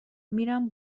میرم